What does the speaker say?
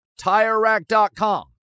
TireRack.com